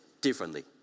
differently